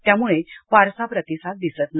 त्यामुळे फारसा प्रतिसाद दिसत नाही